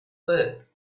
work